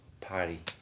party